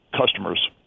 customers